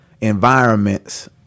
environments